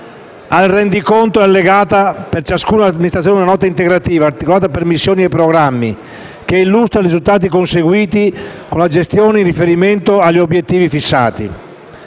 Al Rendiconto è allegata, per ciascuna amministrazione, una nota integrativa, articolata per missioni e programmi, che illustra i risultati conseguiti con la gestione in riferimento agli obiettivi fissati.